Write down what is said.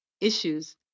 issues